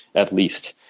at least.